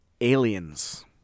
aliens